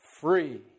free